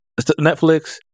Netflix